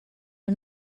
are